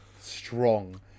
strong